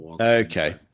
okay